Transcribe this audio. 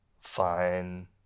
Fine